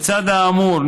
לצד האמור,